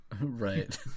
right